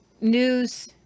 news